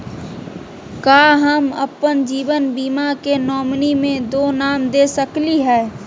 का हम अप्पन जीवन बीमा के नॉमिनी में दो नाम दे सकली हई?